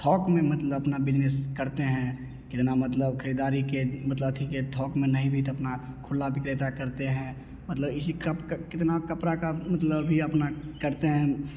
थोक में मतलब अपना बिजनेस करते हैं कितना मतलब ख़रीदारी के मतलब ठीक है थोक में नहीं भी तो अपना खुला विक्रेता करते हैं मतलब इसी का कितना कपड़ा मतलब ये अपना करते हैं